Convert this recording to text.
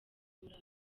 afurika